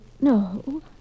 No